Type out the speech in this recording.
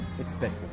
Expected